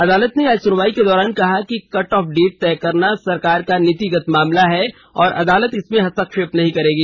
अदालत ने आज सुनवाई के दौरान कहा कि कट ऑफ डेट तय करना सरकार का नीतिगत मामला है और अदालत इसमें हस्तक्षेप नहीं करेगी